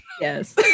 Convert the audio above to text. yes